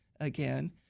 again